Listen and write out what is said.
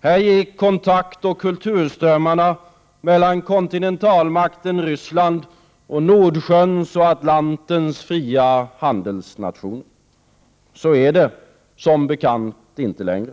Här gick kontaktoch kulturströmmarna mellan kontinentalmakten Ryssland och Nordjöns och Atlantens fria handelsnationer. Så är det som bekant inte längre.